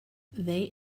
they